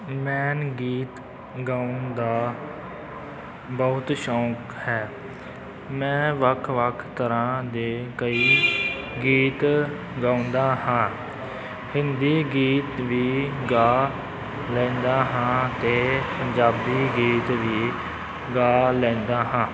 ਮੈਨੂੰ ਗੀਤ ਗਾਉਣ ਦਾ ਬਹੁਤ ਸ਼ੌਂਕ ਹੈ ਮੈਂ ਵੱਖ ਵੱਖ ਤਰ੍ਹਾਂ ਦੇ ਕਈ ਗੀਤ ਗਾਉਂਦਾ ਹਾਂ ਹਿੰਦੀ ਗੀਤ ਵੀ ਗਾ ਲੈਂਦਾ ਹਾਂ ਅਤੇ ਪੰਜਾਬੀ ਗੀਤ ਵੀ ਗਾ ਲੈਂਦਾ ਹਾਂ